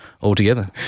altogether